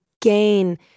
gain